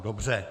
Dobře.